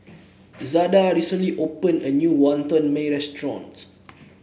Zada recently opened a new Wantan Mee restaurant